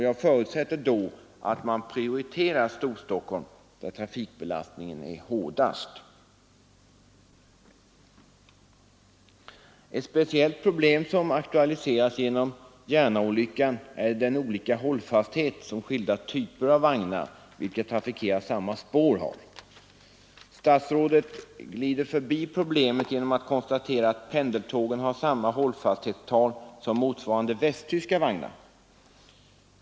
Jag förutsätter då att man prioriterar Storstockholm, där trafikbelastningen är hårdast. Ett speciellt problem som har aktualiserats genom Järnaolyckan är den olika hållfasthet som skilda typer av vagnar vilka trafikerar samma spår har. Statsrådet glider förbi problemet genom att konstatera att pendeltågen har samma hållfasthet som motsvarande västtyska vagnar.